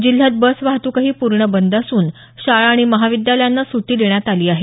जिल्ह्यात बस वाहतुकही पूर्ण बंद असून शाळा आणि महाविद्यालयांना सुटी देण्यात आली आहे